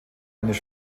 eines